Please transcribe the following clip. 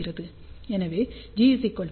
எனவே G10 க்கு 3